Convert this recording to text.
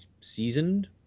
seasoned